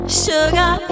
Sugar